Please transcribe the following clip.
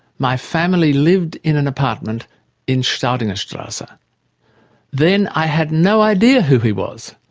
my family lived in an apartment in staudingerstrasse. ah then i had no idea who he was,